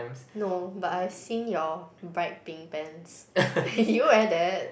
no but I've seen your bright pink pants do you wear that